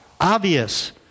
obvious